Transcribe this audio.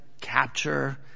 capture